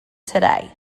today